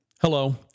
Hello